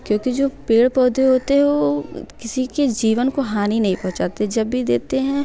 क्योंकि जो पेड़ पौधे होते हैं वो किसी के जीवन को हानि नहीं पहुंचाते हैं जब भी देते हैं